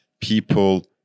people